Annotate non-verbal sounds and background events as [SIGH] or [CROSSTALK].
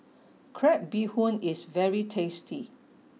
[NOISE] Crab Bee Hoon is very tasty